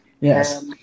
yes